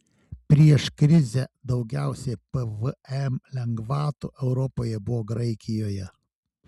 prieš krizę daugiausiai pvm lengvatų europoje buvo graikijoje